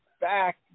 back